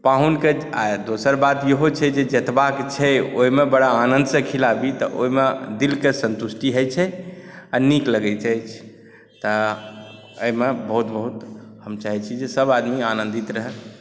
पाहुनकेँ आ दोसर बात इहो छै जे जतबा छै ओहिमे बड़ा आनन्दसँ खिलाबी तऽ ओहिमे दिलकेँ सन्तुष्टि होइत छै आ नीक लगैत छै तऽ एहिमे बहुत बहुत हम चाहैत छी जे सभआदमी आनन्दित रहय